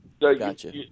Gotcha